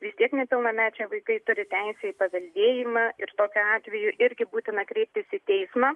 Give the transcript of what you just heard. vis tiek nepilnamečiai vaikai turi teisę į paveldėjimą ir tokiu atveju irgi būtina kreiptis į teismą